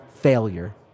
failure